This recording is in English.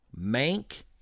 Mank